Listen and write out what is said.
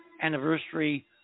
anniversary